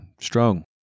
Strong